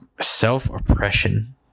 self-oppression